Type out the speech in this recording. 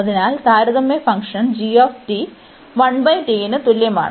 അതിനാൽ താരതമ്യ ഫംഗ്ഷൻ ന് തുല്യമാണ്